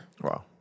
Wow